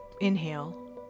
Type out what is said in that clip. inhale